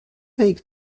make